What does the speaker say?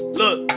look